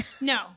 No